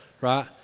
right